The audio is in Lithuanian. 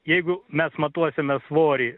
jeigu mes matuosime svorį